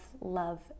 love